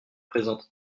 présente